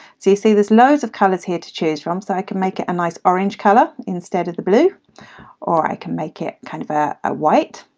see see there's loads of colours here to choose from. so i can make it a nice orange colour instead of the blue or i can make it kind of ah a white.